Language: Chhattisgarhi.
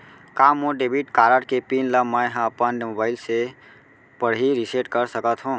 का मोर डेबिट कारड के पिन ल मैं ह अपन मोबाइल से पड़ही रिसेट कर सकत हो?